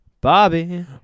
Bobby